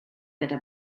gyda